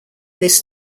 this